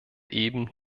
eben